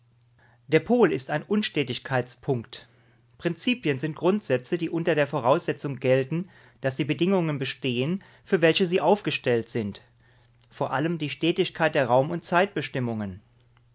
der pol ist ein unstetigkeitspunkt prinzipien sind grundsätze die unter der voraussetzung gelten daß die bedingungen bestehen für welche sie aufgestellt sind vor allem die stetigkeit der raum und zeitbestimmungen